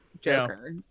Joker